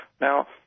Now